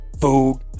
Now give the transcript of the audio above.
food